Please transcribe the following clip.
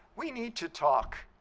we need to talk.